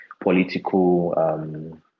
political